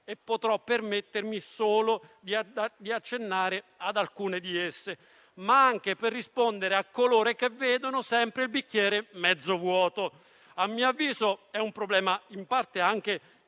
e potrò permettermi solo di accennare ad alcune di esse, rispondendo anche a coloro che vedono sempre il bicchiere mezzo vuoto. A mio avviso, è un problema in parte anche